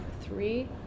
three